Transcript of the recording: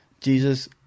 Jesus